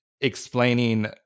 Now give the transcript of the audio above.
explaining